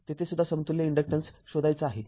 तेथे सुद्धा समतुल्य इन्डक्टन्स शोधायचा आहे